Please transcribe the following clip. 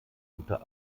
guter